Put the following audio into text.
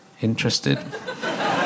interested